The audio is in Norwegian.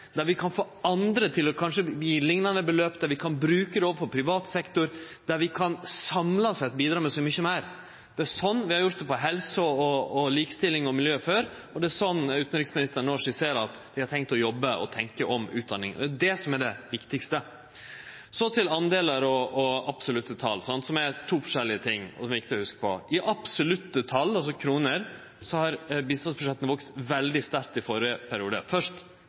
der vi kan få andre til kanskje å gje liknande beløp, der vi kan bruke det overfor privat sektor, der vi samla sett kan bidra med så mykje meir – det er slik vi har gjort det før innan helse, likestilling og miljø, og det er slik utanriksministeren no skisserer at dei har tenkt å jobbe og tenkje om utdanning. Det er det som er det viktigaste. Så til delar og absolutte tal, som er to forskjellige ting, og som er viktige å hugse på.